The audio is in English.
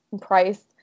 price